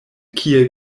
kiel